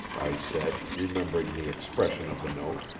i said, remembering the expression of the note,